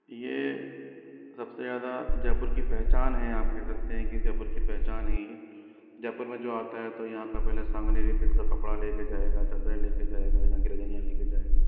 यह सबसे ज़्यादा जयपुर की पहचान है यह आप कह सकते हैं जयपुर की पहचान है यह जयपुर में जो आता है तो यहाँ का पहले सांगनेरी प्रिंट का कपड़ा लेकर जाएगा चद्दर लेकर जाएगा यहाँ की रजाइयाँ लेकर जाएगा